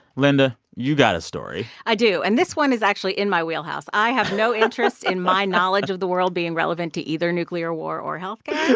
linda, you got a story i do. and this one is actually in my wheelhouse i have no interest in my knowledge of the world being relevant to either nuclear war or health care